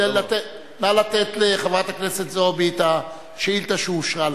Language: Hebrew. נא לתת לחברת הכנסת זועבי את השאילתא שאושרה לה.